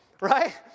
right